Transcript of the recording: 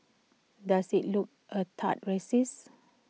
does IT look A tad racist